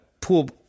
pool